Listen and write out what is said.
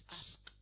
ask